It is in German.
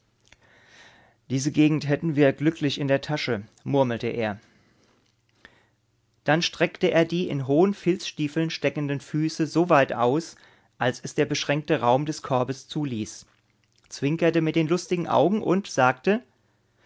diese gegend hätten wir glücklich in der tasche murmelte er dann streckte er die in hohen filzstiefeln steckenden füße so weit aus als es der beschränkte raum des korbes zuließ zwinkerte mit den lustigen augen und sagte